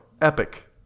epic